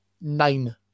nine